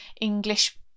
English